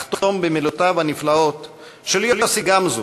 אחתום במילותיו הנפלאות של יוסי גמזו,